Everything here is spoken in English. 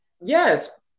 yes